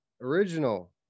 original